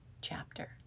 chapter